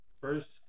first